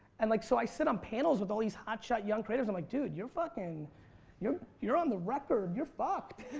and like so i sit on panels with all these hot shot young creatives i'm like, dude, you're fucking you're you're on the record you're fucked.